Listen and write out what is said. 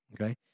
okay